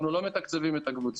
אנחנו לא מתקציבים את הקבוצות.